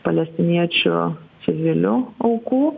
palestiniečių civilių aukų